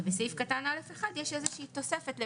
ובסעיף קטן (א1) יש איזו תוספת.